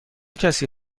کسی